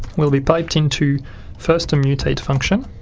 will be piped into first a mutate function